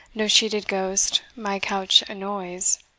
no sheeted ghost my couch annoys,